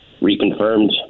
reconfirmed